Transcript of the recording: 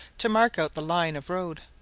to mark out the line of road.